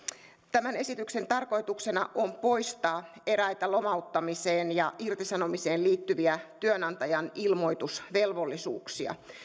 tämän esityksen tarkoituksena on poistaa eräitä lomauttamiseen ja irtisanomiseen liittyviä työnantajan ilmoitusvelvollisuuksia